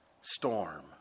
storm